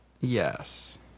Yes